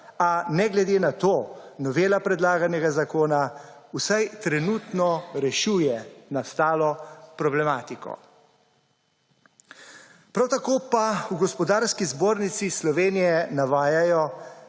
a ne glede na to novela predlaganega zakona vsaj trenutno rešuje nastalo problematiko. Prav tako pa v Gospodarski zbornici Slovenije navajajo,